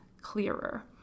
clearer